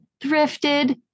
thrifted